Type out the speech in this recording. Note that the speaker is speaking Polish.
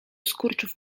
skurczów